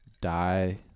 die